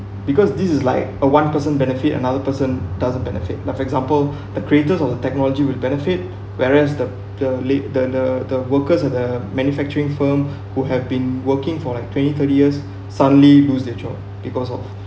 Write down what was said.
because this is like a one person benefit another person doesn't benefit for example the creators of the technology with benefit whereas the the late~ the the the workers at the manufacturing firm who have been working for like twenty thirty years suddenly lose their job because of